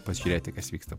pasižiūrėti kas vyksta